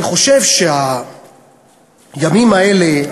אני חושב שהימים האלה,